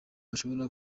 bashobora